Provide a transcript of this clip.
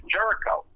Jericho